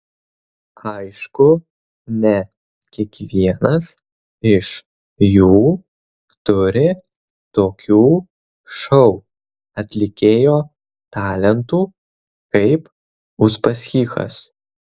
aišku ne kiekvienas iš jų turi tokių šou atlikėjo talentų kaip uspaskichas